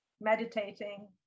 meditating